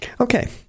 Okay